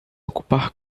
ocupar